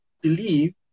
believe